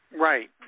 Right